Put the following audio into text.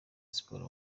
siporo